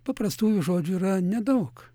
paprastųjų žodžių yra nedaug